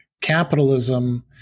capitalism